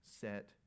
set